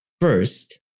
first